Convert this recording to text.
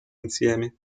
insieme